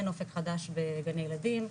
אין אופק חדש בגני ילדים,